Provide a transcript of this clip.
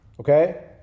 Okay